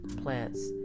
plants